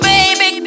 Baby